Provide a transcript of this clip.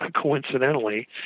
coincidentally